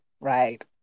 right